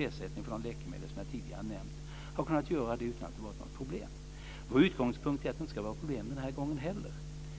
ersättning för de läkemedel som jag tidigare har nämnt har kunnat göra det utan att det har varit några problem. Vår utgångspunkt är att det inte ska vara problem den här gången heller.